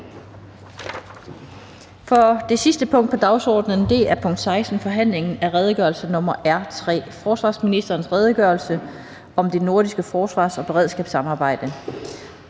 --- Det sidste punkt på dagsordenen er: 16) Forhandling om redegørelse nr. R 3: Forsvarsministerens redegørelse om det nordiske forsvars- og beredskabssamarbejde.